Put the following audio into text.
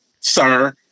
sir